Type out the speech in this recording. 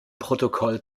protokoll